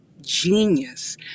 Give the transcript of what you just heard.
genius